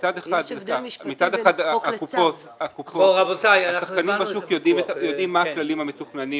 מצד אחד השחקנים בשוק יודעים מה הכללים המתוכננים